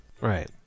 right